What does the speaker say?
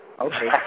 Okay